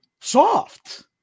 soft